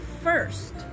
first